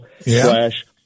slash